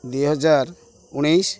ଦୁଇହଜାର ଉଣେଇଶ